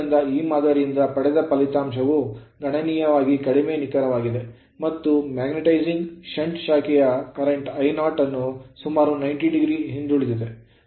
ಆದ್ದರಿಂದ ಈ ಮಾದರಿಯಿಂದ ಪಡೆದ ಫಲಿತಾಂಶವು ಗಣನೀಯವಾಗಿ ಕಡಿಮೆ ನಿಖರವಾಗಿದೆ ಮತ್ತು ಮ್ಯಾಗ್ನೆಟೈಸಿಂಗ್ ಷಂಟ್ ಶಾಖೆಯು ಪ್ರಸ್ತುತ I0 ಅನ್ನು ಸುಮಾರು 90 ಡಿಗ್ರಿ ಹಿಂದುಳಿದಿದೆ